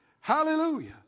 Hallelujah